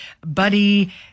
Buddy